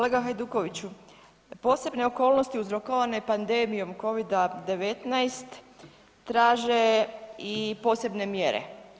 Kolega Hajdukoviću posebne okolnosti uzrokovane pandemijom Covida-19 traže i posebne mjere.